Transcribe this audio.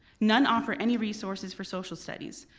none offer any resources for social studies.